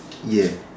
yes